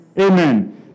Amen